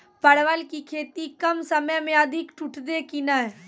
परवल की खेती कम समय मे अधिक टूटते की ने?